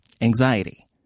anxiety